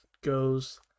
goes